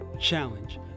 Challenge